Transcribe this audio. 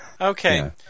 Okay